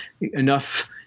enough